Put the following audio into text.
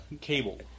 cable